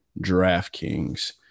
DraftKings